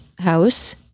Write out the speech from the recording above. house